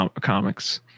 comics